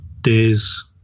days